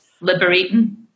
liberating